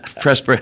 press